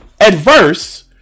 adverse